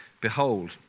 behold